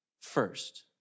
First